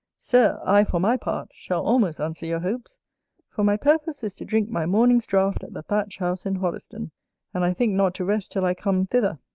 sir, i, for my part, shall almost answer your hopes for my purpose is to drink my morning's draught at the thatched house in hoddesden and i think not to rest till i come thither,